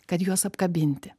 kad juos apkabinti